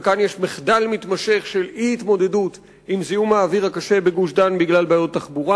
וכאן יש מחדל מתמשך של אי-התמודדות עם בעיות התחבורה